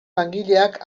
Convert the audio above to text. langileak